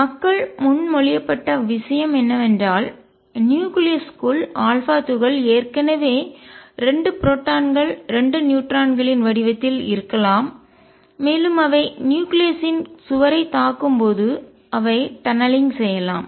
மக்கள் முன்மொழியப்பட்ட விஷயம் என்னவென்றால் நியூக்ளியஸ் க்குள் கருவுக்குள் α துகள் ஏற்கனவே 2 புரோட்டான்கள் 2 நியூட்ரான்களின் வடிவத்தில் இருக்கலாம் மேலும் அவை நியூக்ளியஸ் ன் கருவின் சுவரைத் தாக்கும் போது அவை டநலிங்க் சுரங்கப்பாதை செய்யலாம்